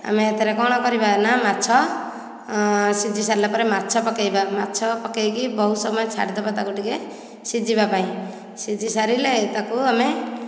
ଆମେ ସେଥିରେ କଣ କରିବା ନା ମାଛ ସିଝିସାରିଲା ପରେ ମାଛ ପକାଇବା ମାଛ ପକେଇକି ବହୁତ ସମୟ ଛାଡ଼ିଦେବା ତାକୁ ଟିକେ ସିଝିବା ପାଇଁ ସିଝିସାରିଲେ ତାକୁ ଆମେ